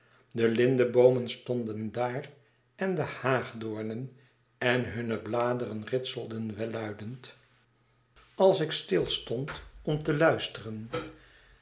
de lindeboomen stonden daar en de haagdoornen en hunne bladeren ritselden welluidend als ik stilstond om te luisteren